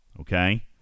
okay